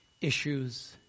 issues